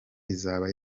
izaba